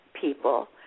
people